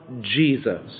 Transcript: Jesus